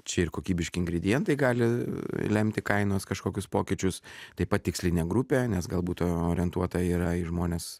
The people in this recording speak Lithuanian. čia ir kokybiški ingredientai gali lemti kainos kažkokius pokyčius taip pat tikslinė grupė nes galbūt orientuota yra į žmones